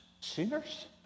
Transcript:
sinners